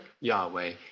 Yahweh